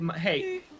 Hey